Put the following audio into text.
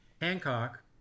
Hancock